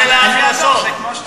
של ההכנסות.